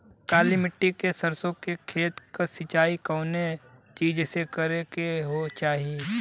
काली मिट्टी के सरसों के खेत क सिंचाई कवने चीज़से करेके चाही?